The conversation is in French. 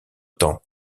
temps